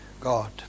God